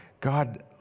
God